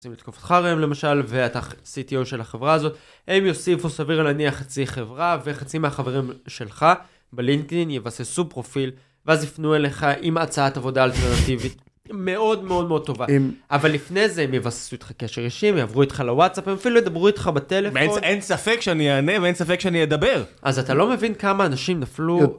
לתקופתך ראם למשל ואתה CTO של החברה הזאת הם יוסיפו סביר להניח חצי חברה וחצי מהחברים שלך בלינקדין יבססו פרופיל ואז יפנו אליך עם הצעת עבודה אלטרנטיבית מאוד מאוד מאוד טובה אבל לפני זה הם יבססו איתך קשר אישי הם יעברו איתך לוואטסאפ הם אפילו ידברו איתך בטלפון אין ספק שאני אענה ואין ספק שאני אדבר אז אתה לא מבין כמה אנשים נפלו